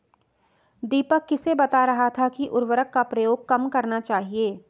दीपक किसे बता रहा था कि उर्वरक का प्रयोग कम करना चाहिए?